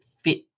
fit